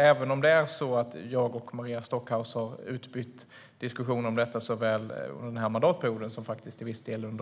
Även om jag och Maria Stockhaus har fört diskussioner om detta - under den här mandatperioden och till viss del även